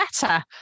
better